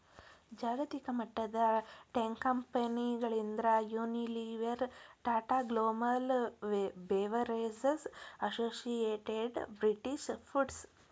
ಜಾಗತಿಕಮಟ್ಟದ ಟೇಕಂಪೆನಿಗಳಂದ್ರ Unilever, Tata Global Beverages, associated British foods